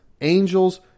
angels